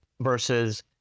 versus